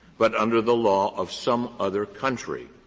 but under the law of some other country.